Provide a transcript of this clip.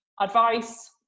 advice